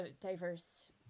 diverse